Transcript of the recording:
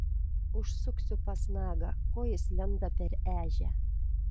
užsuksiu pas nagą ko jis lenda per ežią